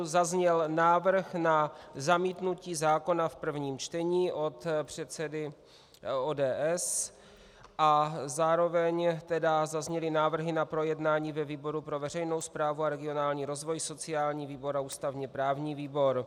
Zazněl návrh na zamítnutí zákona v prvním čtení od předsedy ODS a zároveň tedy zazněly návrhy na projednání ve výboru pro veřejnou správu a regionální rozvoj, sociální výbor a ústavněprávní výbor.